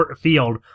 field